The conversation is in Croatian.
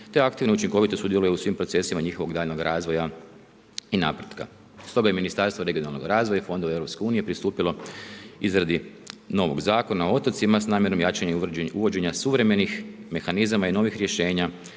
te aktivno i učinkovito sudjeluje u svim procesima njihovog daljnjeg razvoja i napretka. Stoga i Ministarstvo regionalnog razvoja i fondova EU pristupilo izradi novog Zakona o otocima s namjerom jačanje i uvođenja suvremenih mehanizama i novih rješenja